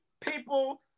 people